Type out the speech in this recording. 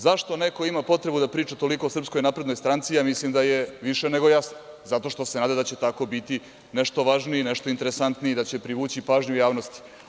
Zašto neko ima potrebu da priča toliko o SNS, ja mislim da je više nego jasno, zato što se nada da će tako biti nešto više važniji, nešto interesantniji, da će privući pažnju javnosti.